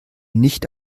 nicht